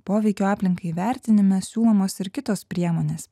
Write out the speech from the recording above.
poveikio aplinkai vertinime siūlomos ir kitos priemonės